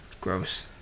Gross